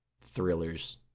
thrillers